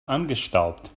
angestaubt